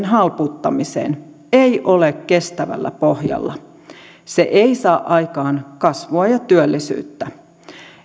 halpuuttamiseen ei ole kestävällä pohjalla se ei saa aikaan kasvua ja työllisyyttä